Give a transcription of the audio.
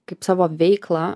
kaip savo veiklą